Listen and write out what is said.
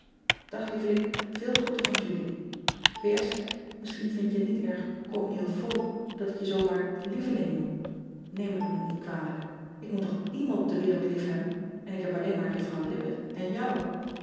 ag lieveling veel groeten van udy isschien vind je het niet erg comme il faut dat ik je zoo maar lieveling noem eem het me niet kwalijk k moet toch iemand op de wereld liefhebben en ik heb alleen maar uffrouw ppett en jou